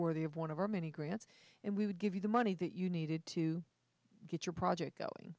worthy of one of our many grants and we would give you the money that you needed to get your project